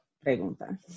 pregunta